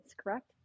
correct